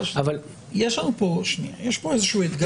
אבל --- יש פה איזה אתגר.